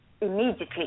immediately